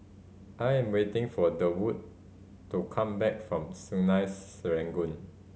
I am waiting for Durwood to come back from Sungei Serangoon